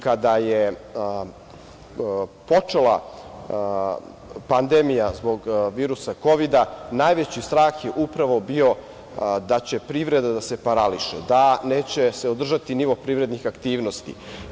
Kada je počela pandemija zbog virusa Kovida, najveći strah je upravo bio da će privreda da se parališe, da se neće održati nivo privrednih aktivnosti.